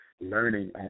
learning